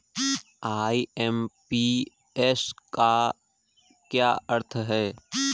IMPS का क्या अर्थ है?